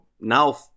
now